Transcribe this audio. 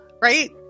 right